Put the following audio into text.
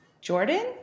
Jordan